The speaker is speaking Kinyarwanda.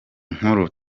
nkuru